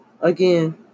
Again